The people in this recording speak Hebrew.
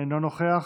אינו נוכח,